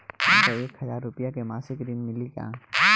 हमका एक हज़ार रूपया के मासिक ऋण मिली का?